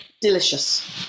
Delicious